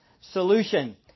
solution